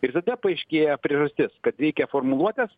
ir tada paaiškėja priežastis kad reikia formuluotės